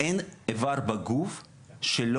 אני עולה במדרגות ומתנשף.